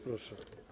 Proszę.